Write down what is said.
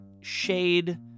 shade